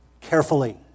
carefully